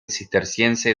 cisterciense